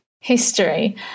history